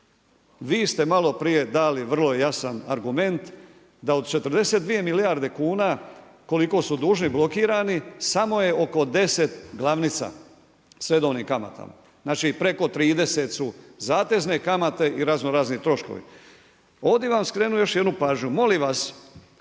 Vi ste malo prije dali vrlo jasan argument da od 42 milijarde kuna koliko su dužni blokirani samo je oko 10 glavnica sa redovnim kamatama. Znači preko 30 su zatezne kamate i razno razni troškovi. Ovdje bih vam skrenuo još jednu pažnju.